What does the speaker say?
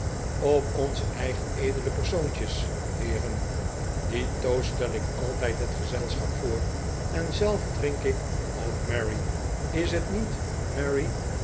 op onze eigen edele persoontjes heeren dien toast stel ik altijd het gezelschap voor en zelf drink ik op mary is t niet